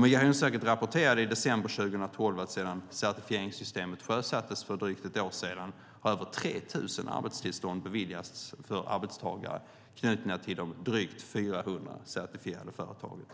Migrationsverket rapporterade i december 2012 att sedan certifieringssystemet sjösattes för drygt ett år sedan har över 3 000 arbetstillstånd beviljats för arbetstagare knutna till de drygt 400 certifierade företagen.